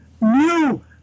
new